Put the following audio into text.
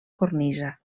cornisa